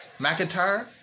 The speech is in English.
McIntyre